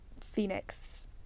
Phoenix